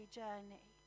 journey